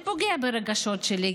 זה פוגע ברגשות שלי,